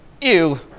ew